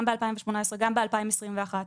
גם בשנת 2018 וגם בשנת 2021,